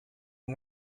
you